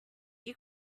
you